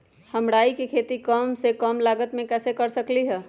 हम राई के खेती कम से कम लागत में कैसे कर सकली ह?